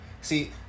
See